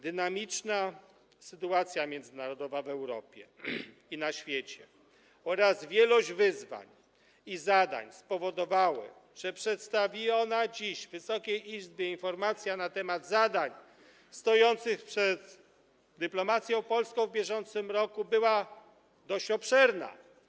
Dynamiczna sytuacja międzynarodowa w Europie i na świecie oraz wielość wyzwań i zadań spowodowały, że przedstawiona dziś Wysokiej Izbie informacja na temat zadań stojących przed dyplomacją polską w bieżącym roku była dość obszerna.